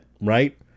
right